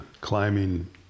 climbing